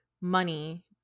money